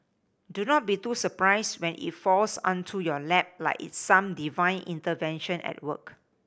do not be too surprised when it falls onto your lap like it's some divine intervention at work